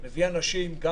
מביא אנשים גם